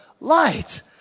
light